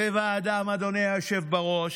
צבע הדם, אדוני היושב בראש,